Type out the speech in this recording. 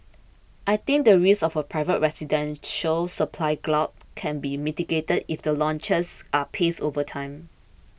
I think the risk of a private residential supply glut can be mitigated if the launches are paced over time